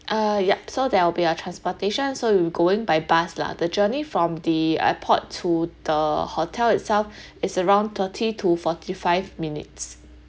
uh ya so there will be a transportation so you're going by bus lah the journey from the airport to the hotel itself is around thirty to forty five minutes